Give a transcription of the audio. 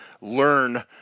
learn